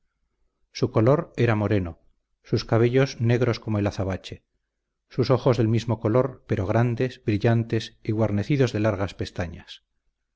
su color era moreno sus cabellos negros como el azabache sus ojos del mismo color pero grandes brillantes y guarnecidos de largas pestañas